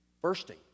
bursting